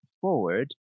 forward